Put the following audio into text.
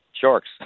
sharks